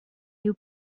you